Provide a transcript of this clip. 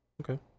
Okay